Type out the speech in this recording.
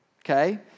okay